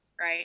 right